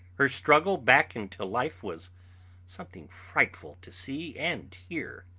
her struggle back into life was something frightful to see and hear.